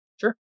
Sure